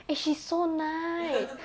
eh she's so nice